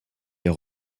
est